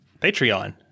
patreon